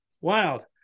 Wild